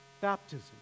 Baptism